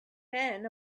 men